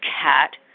cat